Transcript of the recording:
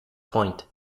point